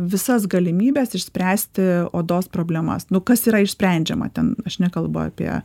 visas galimybes išspręsti odos problemas nu kas yra išsprendžiama ten aš nekalbu apie